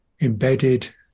embedded